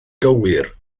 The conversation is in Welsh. gywir